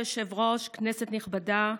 אדוני היושב-ראש, כנסת נכבדה,